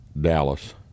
Dallas